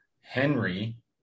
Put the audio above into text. Henry